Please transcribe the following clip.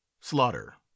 slaughter